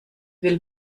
will